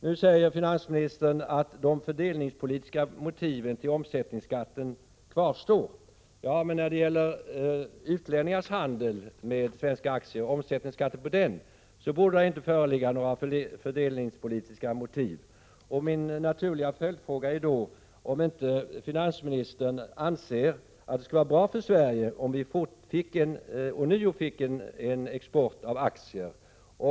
Nu säger finansministern att de fördelningspolitiska motiven till omsättningsskatten kvarstår. Men för en omsättningsskatt på utlänningars handel med svenska aktier borde det inte föreligga några fördelningspolitiska motiv. Min naturliga följdfråga är om inte finansministern anser att det skulle vara bra för Sverige om vi ånyo fick en export av aktier.